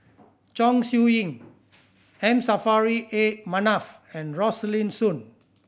Chong Siew Ying M Saffri A Manaf and Rosaline Soon